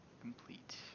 complete